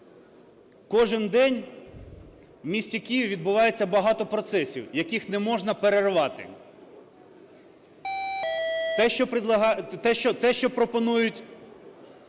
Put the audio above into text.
Кожен день в місті Києві відбувається багато процесів, яких не можна перервати. Те, що пропонують